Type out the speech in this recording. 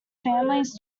families